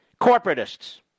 corporatists